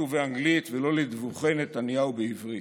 ובאנגלית ולא לדיווחי נתניהו בעברית?